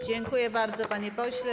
Dziękuję bardzo, panie pośle.